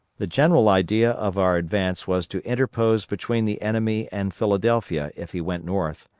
the general idea of our advance was to interpose between the enemy and philadelphia if he went north,